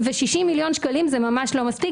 ן-60 מיליון שקלים זה ממש לא מספיק,